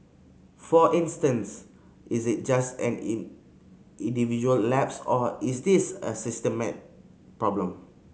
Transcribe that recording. for instance is it just an individual lapse or is this a systemic problem